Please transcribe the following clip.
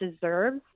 deserves